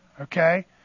Okay